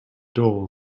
dull